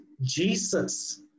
Jesus